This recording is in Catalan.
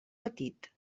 petit